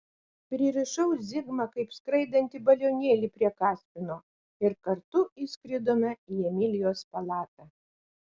pririšau zigmą kaip skraidantį balionėlį prie kaspino ir kartu įskridome į emilijos palatą